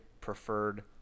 preferred